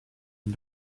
and